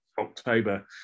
October